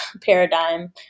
paradigm